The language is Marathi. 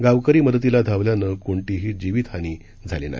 गावकरी मदतीला धावल्यानं कोणतीही जीवितहानी झाली नाही